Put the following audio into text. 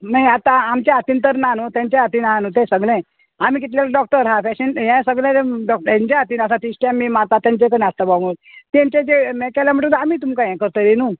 मागीर आतां आमच्या हातीन तर ना न्हू तेंच्या हातीन आहा न्हू तें सगलें आमी कितले डॉक्टर आहा तशे हें सगळें डॉक्टे हेंचे हातीन आसा तीं स्टॅम्प बी मारतात तेंचे जे हें केलें म्हणटच आमी तुमकां हें करतली न्हू